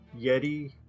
Yeti